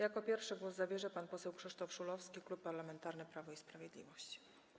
Jako pierwszy głos zabierze pan poseł Krzysztof Szulowski, Klub Parlamentarny Prawo i Sprawiedliwość.